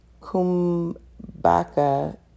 Kumbaka